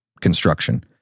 construction